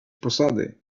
posady